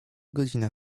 godzina